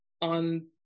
on